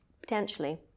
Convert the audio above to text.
Potentially